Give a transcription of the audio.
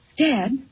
Dad